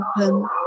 open